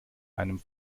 einem